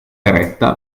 eretta